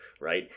right